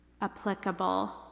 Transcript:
applicable